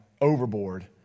overboard